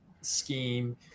scheme